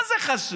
מה זה חשוב?